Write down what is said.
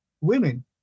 women